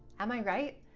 am i right?